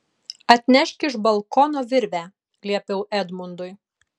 atnešk iš balkono virvę liepiau edmundui